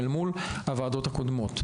ולכן היא חלק מהסמכות של מל"ג לקבוע אותה,